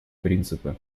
принципы